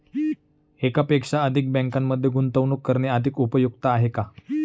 एकापेक्षा अधिक बँकांमध्ये गुंतवणूक करणे अधिक उपयुक्त आहे का?